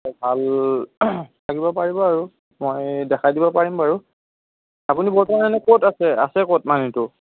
ভাল থাকিব পাৰিব আৰু মই দেখাই দিব পাৰিম বাৰু আপুনি বৰ্তমান এনে ক'ত আছে আছে ক'ত মানুহটো